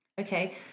Okay